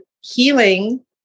healing